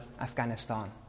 Afghanistan